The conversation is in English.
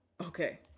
okay